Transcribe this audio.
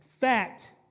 Fact